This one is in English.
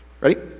Ready